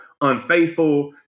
Unfaithful